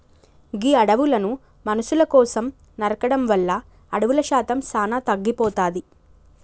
గీ అడవులను మనుసుల కోసం నరకడం వల్ల అడవుల శాతం సానా తగ్గిపోతాది